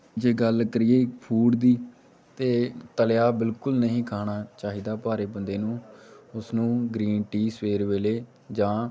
ਜੇ ਗੱਲ ਕਰੀਏ ਫੂਡ ਦੀ ਤਾਂ ਤਲਿਆ ਬਿਲਕੁਲ ਨਹੀਂ ਖਾਣਾ ਚਾਹੀਦਾ ਭਾਰੇ ਬੰਦੇ ਨੂੰ ਉਸਨੂੰ ਗ੍ਰੀਨ ਟੀ ਸਵੇਰ ਵੇਲੇ ਜਾਂ